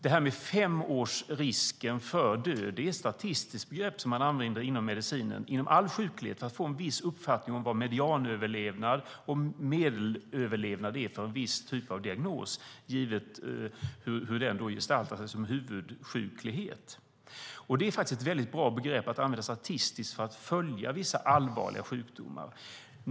Det här med femårsrisken för död är ett statistiskt begrepp som man använder inom medicinen när det gäller all sjuklighet för att få en uppfattning om medianöverlevnad och medelöverlevnad för en viss typ av diagnos, givet hur den gestaltar sig. Det är faktiskt ett väldigt bra begrepp att använda statistiskt för att följa vissa allvarliga sjukdomar.